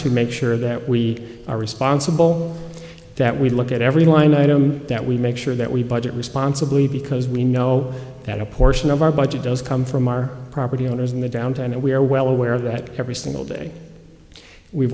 to make sure that we are responsible that we look at every line item that we make sure that we budget responsibly because we know that a portion of our budget does come from our property owners in the downtown and we're well aware that every single day we've